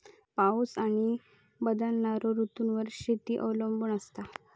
पाऊस आणि बदलणारो ऋतूंवर शेती अवलंबून असता